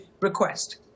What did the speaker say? request